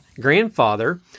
grandfather